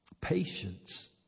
patience